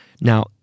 Now